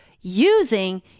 using